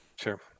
Sure